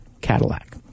Cadillac